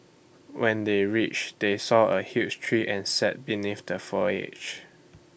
when they reached they saw A huge tree and sat beneath the foliage